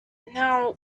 now